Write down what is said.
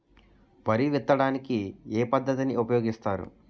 వరి విత్తడానికి ఏ పద్ధతిని ఉపయోగిస్తారు?